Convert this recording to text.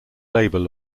labour